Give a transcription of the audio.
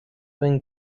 been